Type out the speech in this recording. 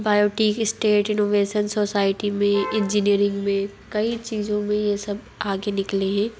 biotic state innovation society में engineering में कई चीज़ों में यह सब आगे निकले हैं